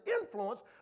influence